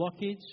blockage